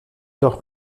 doch